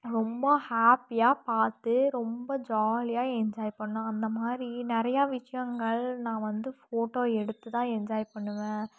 ரொம்ப ஹேப்பியாக பார்த்து ரொம்ப ஜாலியாக என்ஜாய் பண்ணோம் அந்தமாதிரி நிறையா விஷயங்கள் நான் வந்து ஃபோட்டோ எடுத்துதான் என்ஜாய் பண்ணுவேன்